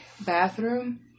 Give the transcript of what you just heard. bathroom